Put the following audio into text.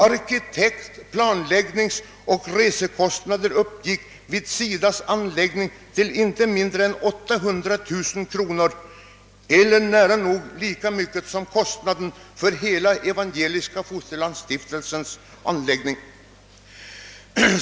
Arkitekt-, planläggningsoch resekostnader uppgick vid SIDA:s anläggning till inte mindre än 800000 kronor eller nära nog lika mycket som kostnaden för Evangeliska fosterlandsstiftelsens hela anläggning.